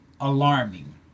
alarming